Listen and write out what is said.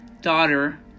Daughter